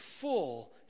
full